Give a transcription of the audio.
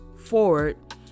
forward